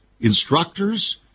instructors